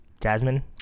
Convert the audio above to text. Jasmine